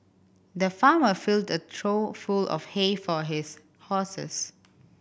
the farmer filled a trough full of hay for his horses